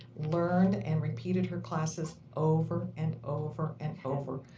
learned and repeated her classes over and over and over,